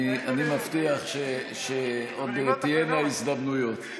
אני מבטיח שעוד תהיינה הזדמנויות.